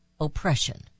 oppression